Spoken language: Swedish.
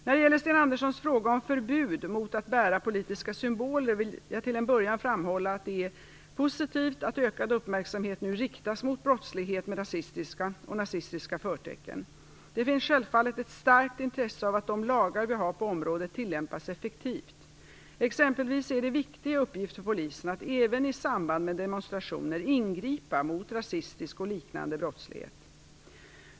När det gäller Sten Anderssons fråga om förbud mot att bära politiska symboler vill jag till en början framhålla att det är positivt att ökad uppmärksamhet nu riktas mot brottslighet med rasistiska eller nazistiska förtecken. Det finns självfallet ett starkt intresse av att de lagar vi har på området tillämpas effektivt. Exempelvis är det en viktig uppgift för polisen att även i samband med demonstrationer ingripa mot rasistisk och liknande brottslighet.